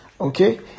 Okay